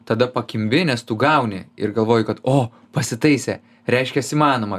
tada pakimbi nes tu gauni ir galvoji kad o pasitaisė reiškias įmanoma